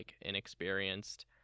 inexperienced